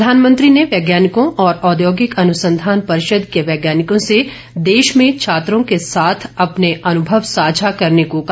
प्रधानमंत्री ने वैज्ञानिकों और औद्योगिक अनुसंधान परिषद के वैज्ञानिकों से देश में छात्रों के साथ अपने अनुभव साझा करने को कहा